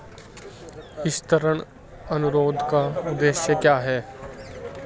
इस ऋण अनुरोध का उद्देश्य क्या है?